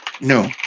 No